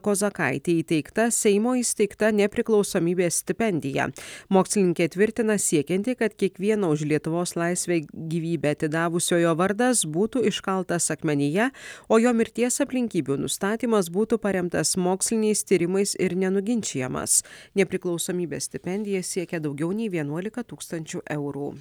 kozakaitei įteikta seimo įsteigta nepriklausomybės stipendija mokslininkė tvirtina siekianti kad kiekvieno už lietuvos laisvę gyvybę atidavusiojo vardas būtų iškaltas akmenyje o jo mirties aplinkybių nustatymas būtų paremtas moksliniais tyrimais ir nenuginčijamas nepriklausomybės stipendija siekia daugiau nei vienuolika tūkstančių eurų